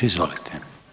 Izvolite.